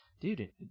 dude